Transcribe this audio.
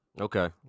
Okay